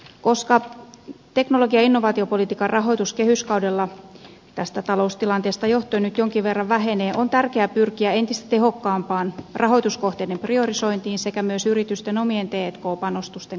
koska teknologia ja innovaatiopolitiikan rahoitus kehyskaudella tästä taloustilanteesta johtuen nyt jonkin verran vähenee on tärkeää pyrkiä entistä tehokkaampaan rahoituskohteiden priorisointiin sekä myös yritysten omien t k panostusten kasvattamiseen